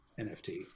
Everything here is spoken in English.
NFT